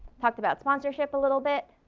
talked about sponsorship a little bit,